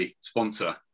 sponsor